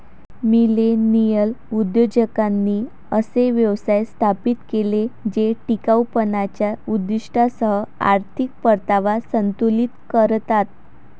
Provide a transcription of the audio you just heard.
millennial उद्योजकांनी असे व्यवसाय स्थापित केले जे टिकाऊपणाच्या उद्दीष्टांसह आर्थिक परतावा संतुलित करतात